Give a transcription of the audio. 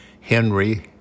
Henry